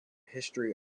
history